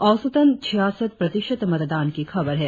औसतन छियासठ प्रतिशत मतदान की खबर है